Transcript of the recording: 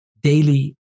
daily